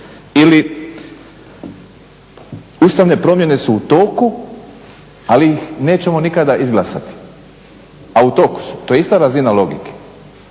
Ili ustavne promjene su u toku, ali ih nećemo nikada izglasati, a u toku su. To je ista razina logike.